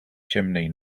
chimney